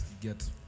get